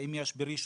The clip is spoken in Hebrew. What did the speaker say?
זאת פעם ראשונה